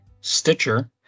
Stitcher